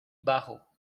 bajo